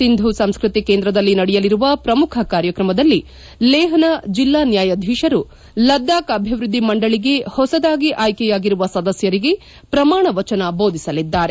ಸಿಂಧೂ ಸಂಸ್ಟತಿ ಕೇಂದ್ರದಲ್ಲಿ ನಡೆಯಲಿರುವ ಪ್ರಮುಖ ಕಾರ್ಯಕ್ರಮದಲ್ಲಿ ಲೇಹ್ನ ಜಿಲ್ಲಾ ನ್ವಾಯಾಧೀಶರು ಲದ್ದಾಬ್ ಅಭಿವೃದ್ದಿ ಮಂಡಳಿಗೆ ಹೊಸದಾಗಿ ಆಯ್ತೆಯಾಗಿರುವ ಸದಸ್ಟರಿಗೆ ಪ್ರಮಾಣ ವಚನ ಬೋಧಿಸಲಿದ್ದಾರೆ